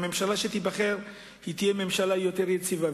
והממשלה שתיבחר תהיה ממשלה יציבה יותר.